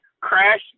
crash